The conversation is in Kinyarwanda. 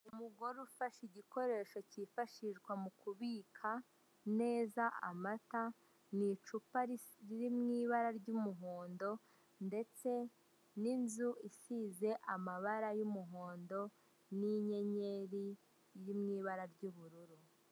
Umugore ufashe igikoresho kifashishwa mu kubika neza amata, mu icupa riri mu ibara ry'umuhondo ndetse n'inzu isize amabara y'umuhondo n'inyenyeri iri mu ibara ry'ubururu.